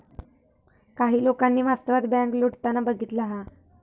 काही लोकांनी वास्तवात बँक लुटताना बघितला हा